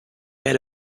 had